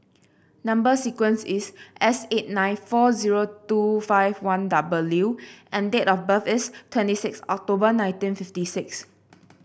number sequence is S eight nine four zero two five one W and date of birth is twenty six October nineteen fifty six